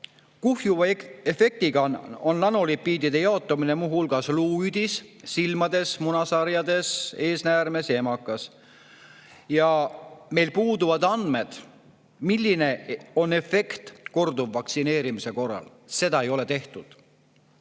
Kuhjuva efektiga on nanolipiidide jaotumine muuhulgas luuüdis, silmades, munasarjades, eesnäärmes ja emakas. Ja meil puuduvad andmed, milline on efekt korduvvaktsineerimise korral. Seda ei ole [uuritud].